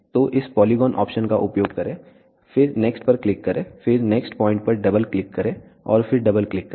तो इस polygon option का उपयोग करें फिर नेक्स्ट पर क्लिक करें फिर नेक्स्ट पॉइंट पर डबल क्लिक करें और फिर डबल क्लिक करें